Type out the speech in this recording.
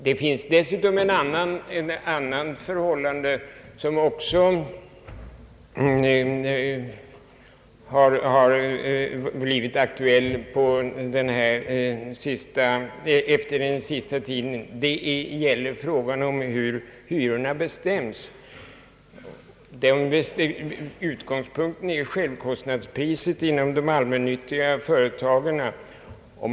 Hur hyrorna bestäms är en annan fråga av betydelse i detta avseende som blivit aktuell på den senaste tiden. Utgångspunkten för hyressättningen är självkostnadspriset inom de allmännyttiga företagen.